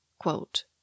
Quote